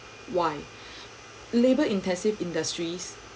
why labour intensive industries